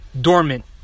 dormant